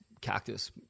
cactus